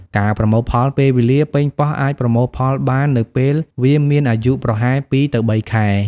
ការប្រមូលផលពេលវេលា ប៉េងប៉ោះអាចប្រមូលផលបាននៅពេលវាមានអាយុប្រហែល ២ ទៅ ៣ ខែ។